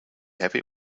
happy